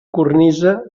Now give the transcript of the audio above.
cornisa